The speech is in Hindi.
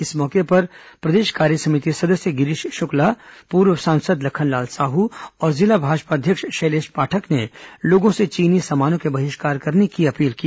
इस मौके पर प्रदेश कार्यसमिति सदस्य गिरीश शुक्ला पूर्व सांसद लखनलाल साहू और जिला भाजपा अध्यक्ष शैलेष पाठक ने लोगों से चीनी सामानों के बहिष्कार करने की अपील की